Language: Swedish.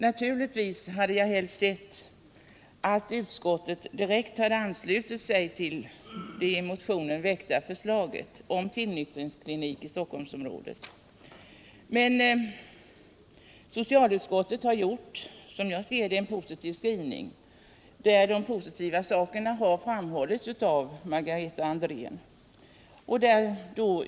Naturligtvis hade jag helst sett, att utskottet direkt hade anslutit sig till det i motionen väckta förslaget om tillnyktringsklinik i Stockholmsområdet. Socialutskottets skrivning är dock positiv, och Margareta Andrén har framhållit de positiva inslagen i den.